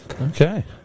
okay